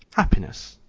happiness,